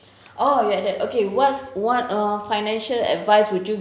oh you like that okay what's what uh financial advice would you